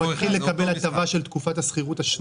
הם הולכים לקבל הטבה של תקופת השכירות השנייה?